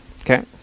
Okay